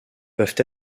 peuvent